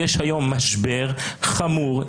יש היום משבר חמור,